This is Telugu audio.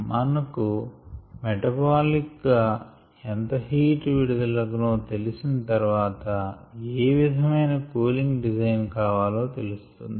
మంకు మెటబాలిక్ గా ఎంత హీట్ విడుదల అగునో తెలిసిన తర్వాత ఏ విధమైన కూలింగ్ డిజైన్ కావాలో తెలుస్తోంది